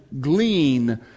glean